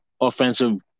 offensive